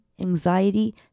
anxiety